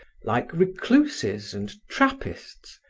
like recluses and trappists,